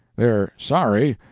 they're sorry,